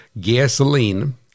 gasoline